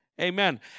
Amen